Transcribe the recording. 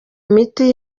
miti